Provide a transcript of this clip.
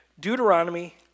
Deuteronomy